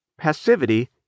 Passivity